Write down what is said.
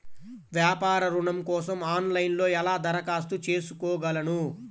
వ్యాపార ఋణం కోసం ఆన్లైన్లో ఎలా దరఖాస్తు చేసుకోగలను?